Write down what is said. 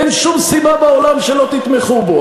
אין שום סיבה בעולם שלא תתמכו בו.